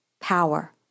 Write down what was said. power